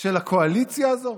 של הקואליציה הזו?